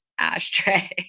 Ashtray